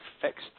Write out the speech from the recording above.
fixed